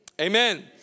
amen